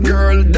Girl